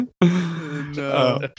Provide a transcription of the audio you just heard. No